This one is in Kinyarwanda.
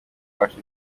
bacu